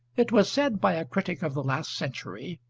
it was said by a critic of the last century,